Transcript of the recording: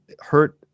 hurt